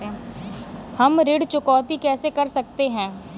हम ऋण चुकौती कैसे कर सकते हैं?